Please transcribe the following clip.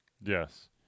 Yes